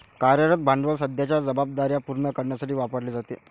कार्यरत भांडवल सध्याच्या जबाबदार्या पूर्ण करण्यासाठी वापरले जाते